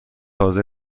حاضر